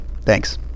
thanks